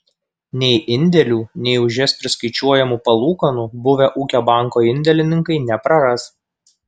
nei indėlių nei už jas priskaičiuojamų palūkanų buvę ūkio banko indėlininkai nepraras